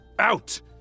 out